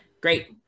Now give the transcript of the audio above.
Great